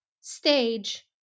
stage